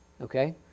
okay